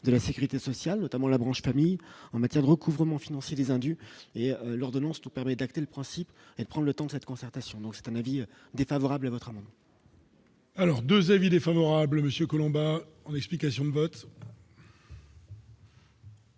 de la Sécurité sociale, notamment la branche famille en matière de recouvrement financier des indus et l'ordonnance tout permet d'acter le principe, elle prend le temps de cette concertation, donc c'est un avis défavorable à votre. Alors 2 avis défavorables monsieur Colombain en explications de vote.